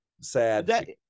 sad